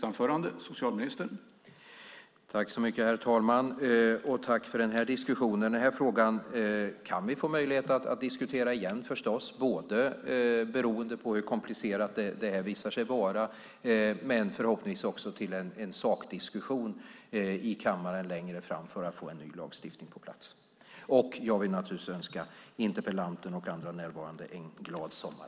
Herr talman! Tack för diskussionen! Den här frågan kan vi få möjlighet att diskutera igen beroende på hur komplicerad den visar sig vara. Det leder förhoppningsvis också till en sakdiskussion i kammaren längre fram för att få en ny lagstiftning på plats. Jag vill önska interpellanten och andra närvarande en glad sommar!